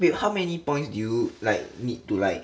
wait how many points do you need to like